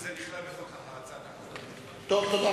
וזה נכלל תודה רבה.